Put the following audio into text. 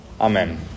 Amen